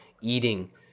eating